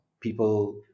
People